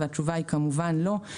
התשובה היא כמובן לא.